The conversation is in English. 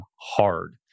hard